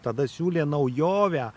tada siūlė naujovę